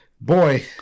Boy